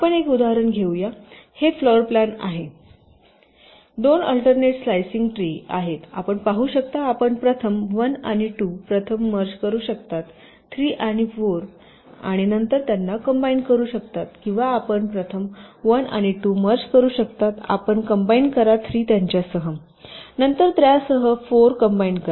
आपण एक उदाहरण घेऊया हे फ्लोरप्लान आहे दोन आल्टरर्नेट स्लायसिन्ग ट्री आहेत आपण पाहू शकता आपण प्रथम 1 आणि 2 प्रथम मर्ज करू शकता 3 आणि 4 प्रथम आणि नंतर त्यांना कम्बाईन करू शकता किंवा आपण प्रथम 1 आणि 2 मर्ज करू शकता आपण कम्बाईन करा 3 त्याच्यासह नंतर त्यासह 4 कम्बाईन करा